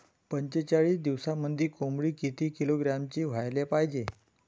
पंचेचाळीस दिवसामंदी कोंबडी किती किलोग्रॅमची व्हायले पाहीजे?